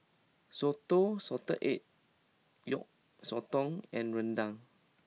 Soto Salted Egg Yolk Sotong and Rendang